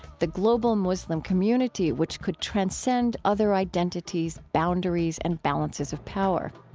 the global muslim community, which could transcend other identities, boundaries, and balances of power.